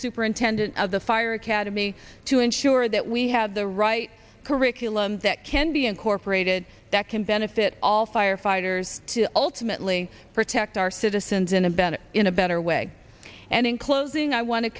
superintendent of the fire academy to ensure that we had the right curricula that can be incorporated that can benefit all firefighters to ultimately protect our citizens in a better in a better way and in closing i want to